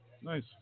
Nice